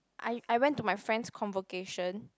I I went to my friend's convocation